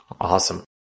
Awesome